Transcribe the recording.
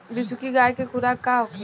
बिसुखी भैंस के खुराक का होखे?